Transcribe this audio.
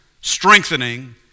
strengthening